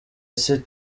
isi